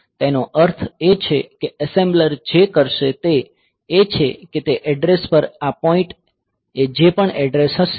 તેનો અર્થ એ છે કે એસેમ્બલર જે કરશે તે એ છે કે તે એડ્રેસ પર આ પોઈન્ટ એ જે પણ એડ્રેસ હશે તે વેલ્યૂ તરીકે 20 મૂકશે